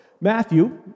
Matthew